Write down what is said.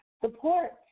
support